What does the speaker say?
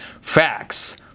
facts